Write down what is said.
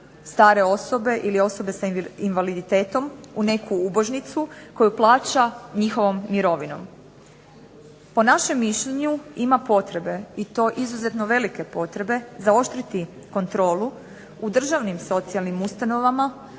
stare osobe ili osobe sa invaliditetom u neku ubožnicu koju plaća njihovom mirovinom. Po našem mišljenju ima potrebe i to izuzetno velike potrebe zaoštriti kontrolu u državnim socijalnim ustanovama,